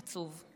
עצוב.